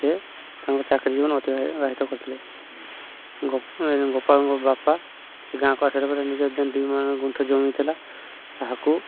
ସେ ତାଙ୍କ ଚାକିରି ଜୀବନ ଅତିବାହିତ କରିଥିଲେ ଗୋପଳଙ୍କ ବାପା ସେ ଗାଁକୁ ଆସିଲା ପରେ ନିଜ ଯେନ୍ ଦୁଇମାଣ ଗୁଣ୍ଠ ଜମିଥିଲା ତାହାକୁ